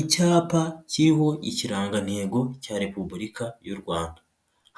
Icyapa kiriho ikirangantego cya repubulika y'u Rwanda.